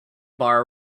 bar